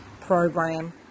program